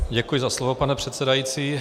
Děkuji za slovo, pane předsedající.